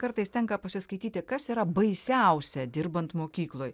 kartais tenka pasiskaityti kas yra baisiausia dirbant mokykloj